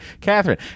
Catherine